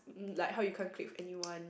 like how you can't click with anyone